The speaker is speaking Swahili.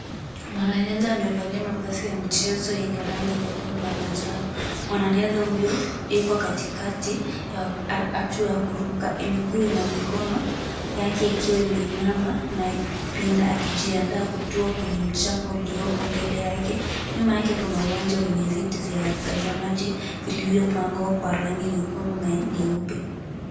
Mwanariadha amevalia mavazi ya michezo yenye rangi nyekundu na manjano. Mwanariadha huyo yuko katikati ya hatua ya kuruka, miguu na mikono yake ikiwa imeinama na kupinda akijiandaa kutua kwenye mchanga ulioko mbele yake. Nyuma yake kuna uwanja wenye viti vya watazamaji vilivyopangwa kwa rangi nyekundu na nyeupe.